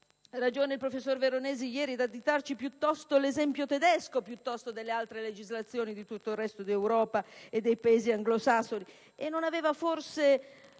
ragione il professor Veronesi ad indicarci ieri l'esempio tedesco piuttosto che le altre legislazioni di tutto il resto d'Europa e dei Paesi anglosassoni? Aveva forse